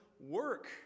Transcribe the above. work